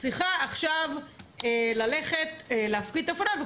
צריכה עכשיו ללכת להפקיד את האופניים,